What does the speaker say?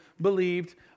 believed